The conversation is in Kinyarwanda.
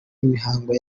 imihango